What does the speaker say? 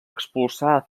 expulsar